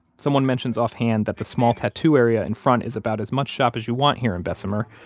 someone mentions offhand that the small tattoo area in front is about as much shop as you want here in bessemer.